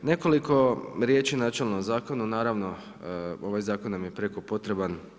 Nekoliko riječi načelno o zakonu, naravno, ovaj zakon nam je prijeko potreban.